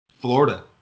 Florida